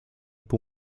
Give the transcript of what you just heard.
był